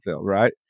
right